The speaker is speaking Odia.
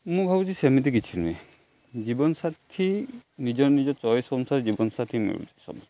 ମୁଁ ଭାବୁଛି ସେମିତି କିଛି ନୁହେଁ ଜୀବନସାଥି ନିଜ ନିଜ ଚଏସ୍ ଅନୁସାରେ ଜୀବନସାଥି ମିଳୁଛି ସମସ୍ତଙ୍କୁ